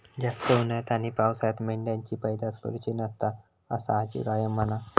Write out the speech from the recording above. जास्त उन्हाळ्यात आणि पावसाळ्यात मेंढ्यांची पैदास करुची नसता, असा आजी कायम म्हणा